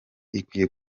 ikwiye